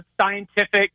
scientific